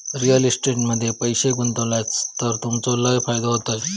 real estate मध्ये पैशे गुंतवलास तर तुमचो लय फायदो होयत